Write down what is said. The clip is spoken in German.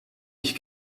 ich